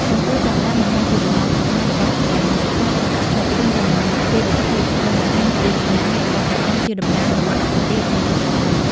កំពូលទាំងប្រាំបង្ហាញពីបំណងប្រាថ្នារបស់ព្រះមហាក្សត្រក្នុងការភ្ជាប់ខ្លួនទៅនឹងទេវភាព និងបង្ហាញពីអំណាចរបស់ព្រះអង្គជាតំណាងរបស់អាទិទេពនៅលើផែនដី។